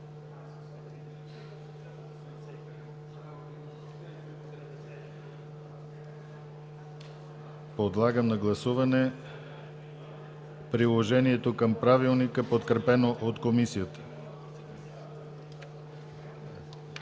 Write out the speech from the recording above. Подлагам на гласуване приложението към Правилника, подкрепено от Комисията.